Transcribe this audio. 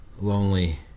lonely